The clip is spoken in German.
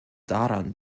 daran